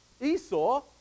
Esau